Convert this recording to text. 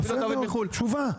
יפה מאוד, תשובה.